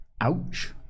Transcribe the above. Ouch